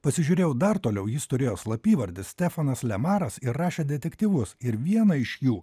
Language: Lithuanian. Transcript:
pasižiūrėjau dar toliau jis turėjo slapyvardį stefanas lemaras ir rašė detektyvus ir vieną iš jų